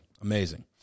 Amazing